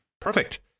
Perfect